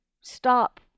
stop